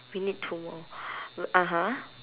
we need two more w~ (uh huh)